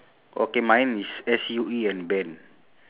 the sack the haysack